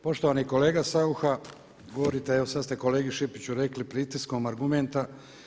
Poštovani kolega Saucha govorite, evo sad ste kolegi Šipiću rekli pritiskom argumenta.